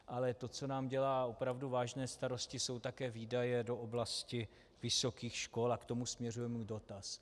Ale to, co nám dělá opravdu vážné starosti, jsou také výdaje do oblasti vysokých škol a k tomu směřuje můj dotaz.